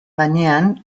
gainean